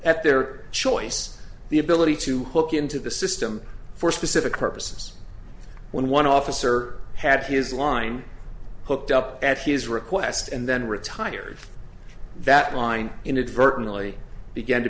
at their choice the ability to hook into the system for specific purposes when one officer had his line hooked up at his request and then retired that line inadvertently began to